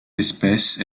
espèce